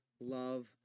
love